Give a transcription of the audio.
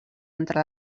entre